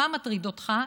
מה מטריד אותך?